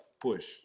Push